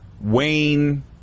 Wayne